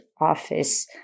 office